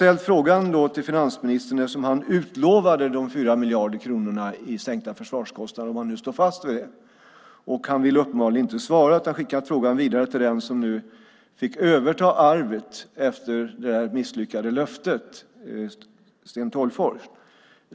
heller vara sant. Eftersom finansministern utlovade 4 miljarder kronor i sänkta försvarskostnader, har jag frågat honom om han står fast vid det. Han vill uppenbarligen inte svara utan skickar frågan vidare till den som fick överta efter det misslyckade löftet, nämligen Sten Tolgfors.